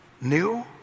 new